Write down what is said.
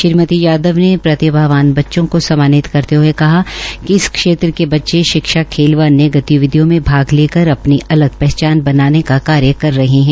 श्रीमतीयादव ने प्रतिभावान बच्चों को सम्मानित करते हये कहा कि इस क्षेत्र के बच्चे शिक्षा व अन्य गतिविधियों में भाग लेकर अपनी अलग पहचान बनाने का कार्य कर रहे है